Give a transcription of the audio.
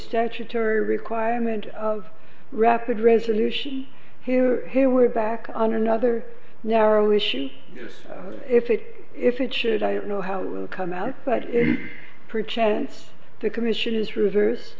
statutory requirement of rapid resolution here hey we're back on another narrow issue if it if it should i don't know how it will come out but per chance the commission is revers